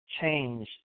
change